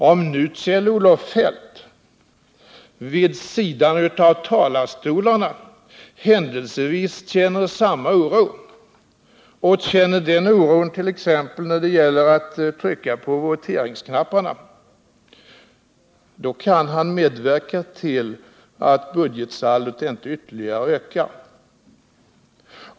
Om Kjell-Olof Feldt vid sidan av talarstolarna händelsevis känner samma oro och känner den oron t.ex. när det gäller att trycka på voteringsknapparna kan han medverka till att budgetsaldot inte ytterligare ökar.